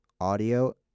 audio